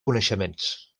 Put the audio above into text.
coneixements